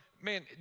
man